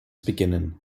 beginnen